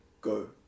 go